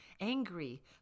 angry